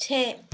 छः